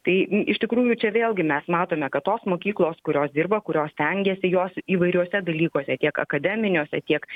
tai iš tikrųjų čia vėlgi mes matome kad tos mokyklos kurios dirba kurios stengiasi jos įvairiuose dalykuose tiek akademiniuose tiek